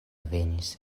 venis